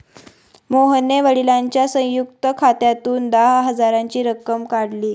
मोहनने वडिलांच्या संयुक्त खात्यातून दहा हजाराची रक्कम काढली